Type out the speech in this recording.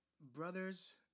brother's